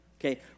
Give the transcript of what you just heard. okay